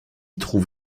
trouve